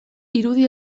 irudi